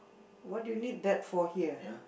what do you need that for here